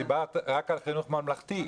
את דיברת רק על החינוך הממלכתי.